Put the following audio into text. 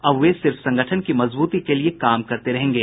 अब वे सिर्फ संगठन की मजबूती के लिए काम करते रहेंगे